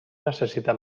necessita